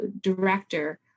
director